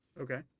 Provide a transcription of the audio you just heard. Okay